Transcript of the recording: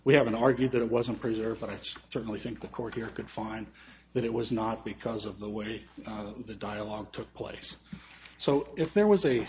we haven't argued that it wasn't preserved but it's certainly think the court here could find that it was not because of the way the dialogue took place so if there was a